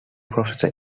professor